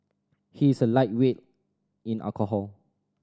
he is a lightweight in alcohol